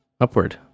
Upward